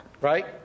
Right